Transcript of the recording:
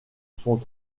sont